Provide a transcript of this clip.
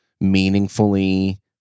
meaningfully